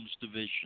Division